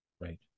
Right